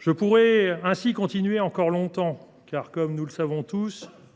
Je pourrais continuer longtemps à décliner la litanie